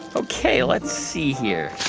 ok, let's see here.